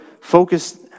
focus